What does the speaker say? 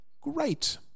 Great